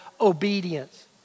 obedience